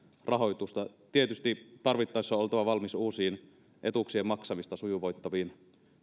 rahoitusta tietysti tarvittaessa on oltava valmis uusiin etuuksien maksamista sujuvoittaviin